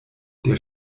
der